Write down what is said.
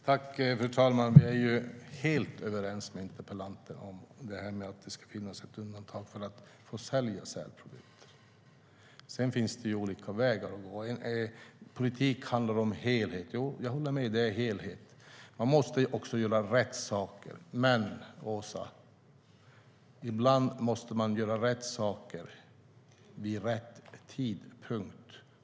Fru talman! Jag är helt överens med interpellanten om att det ska finnas ett undantag för att få sälja sälprodukter. Sedan finns det olika vägar att gå. Politik handlar om helhet. Jo, jag håller med om det. Man måste göra rätt saker, men Åsa Coenraads, ibland måste man göra rätt saker vid rätt tidpunkt.